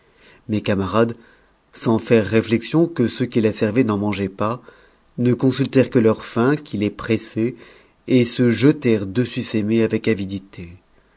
mes camarades sans faire réflexion que ceux qui la servaient n'en mangeaient pas ne consuttëret que la faim qui tes pressait et se jetèrent sur ces mets avec avidité